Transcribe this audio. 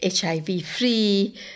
HIV-free